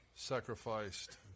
sacrificed